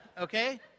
okay